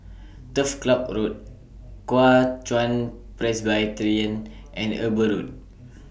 Turf Ciub Road Kuo Chuan Presbyterian and Eber Road